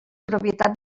propietat